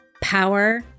power